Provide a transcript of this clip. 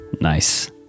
Nice